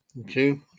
Okay